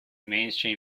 mainstream